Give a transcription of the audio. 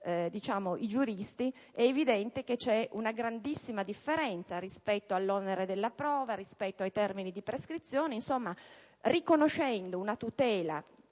per i giuristi, che c'è una grandissima differenza rispetto all'onere della prova e rispetto ai termini di prescrizione. Riconoscendo una tutela